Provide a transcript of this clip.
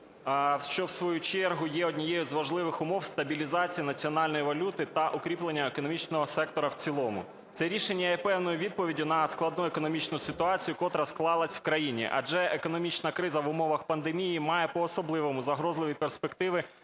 що, в свою чергу, є однією з важливих умов стабілізації національної валюти та укріплення економічного сектору в цілому. Це рішення є певною відповіддю на складну економічну ситуацію, котра склалась в країні, адже економічна криза в умовах пандемії має по-особливому загрозливі перспективи